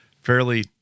fairly